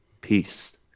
peace